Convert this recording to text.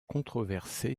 controversé